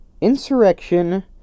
insurrection